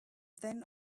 then